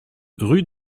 rue